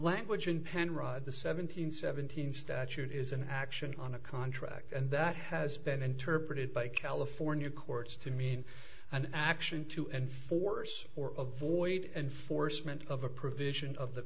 language in penrod the seven hundred seventeen statute is an action on a contract and that has been interpreted by california courts to mean an action to enforce or of void enforcement of a provision of the